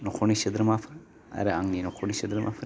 न'खरनि सोद्रोमाफोर आरो आंनि न'खरनि सोद्रोमाफोर